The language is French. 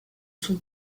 son